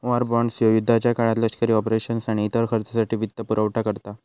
war bonds ह्यो युद्धाच्या काळात लष्करी ऑपरेशन्स आणि इतर खर्चासाठी वित्तपुरवठा करता